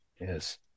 Yes